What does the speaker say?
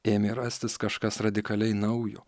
ėmė rastis kažkas radikaliai naujo